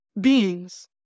beings